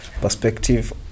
perspective